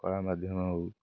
କଳା ମାଧ୍ୟମ ହଉ